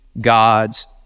God's